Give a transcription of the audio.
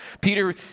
Peter